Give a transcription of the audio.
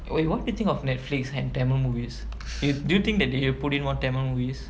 wait what do you think of netflix and tamil movies do do you think that they'll put in more tamil movies